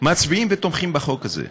מצביעים ותומכים בחוק הזה.